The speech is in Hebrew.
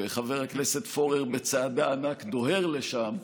וחבר הכנסת פורר בצעדי ענק דוהר לשם,